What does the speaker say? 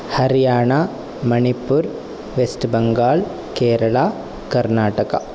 Haryana Manipur West Bengal Kerala Karnataka